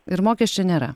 ir mokesčio nėra